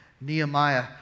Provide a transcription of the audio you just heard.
Nehemiah